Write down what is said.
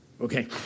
Okay